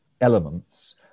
elements